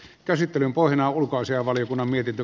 käsittelyn pohjana on ulkoasiainvaliokunnan mietintö